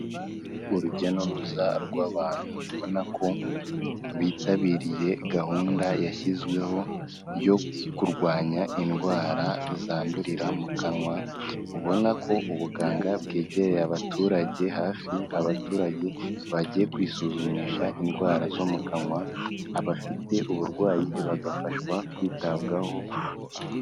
Urujya n'uruza rw'abantu ubona ko bitabiriye gahunda yashyizweho yo kurwanya indwara zandurira mu kanwa, ubona ko ubuganga bwegereye abaturage hafi abaturage bagiye kwisuzumisha indwara zo mu kanwa, abafite uburwayi bagafashwa kwitabwaho,...